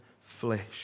flesh